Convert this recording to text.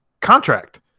contract